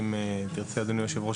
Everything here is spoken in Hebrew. אם תרצה אדוני היו"ר,